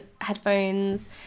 headphones